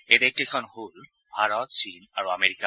এই দেশকেইখন হ'ল ভাৰত চীন আৰু আমেৰিকা